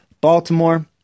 Baltimore